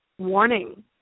Warning